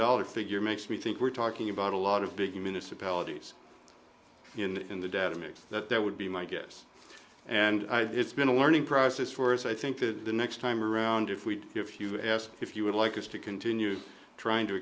dollar figure makes me think we're talking about a lot of big municipalities in the database that that would be my guess and it's been a learning process for us i think that the next time around if we if you ask if you would like us to continue trying to